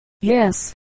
yes